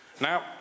Now